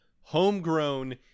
homegrown